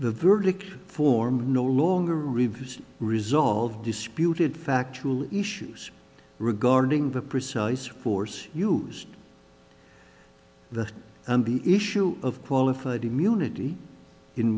the verdict form no longer reviews resolve disputed factual issues regarding the precise force used the issue of qualified immunity in